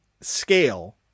scale